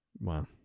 wow